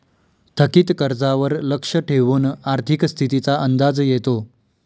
थकीत कर्जावर लक्ष ठेवून आर्थिक स्थितीचा अंदाज येतो